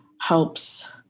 helps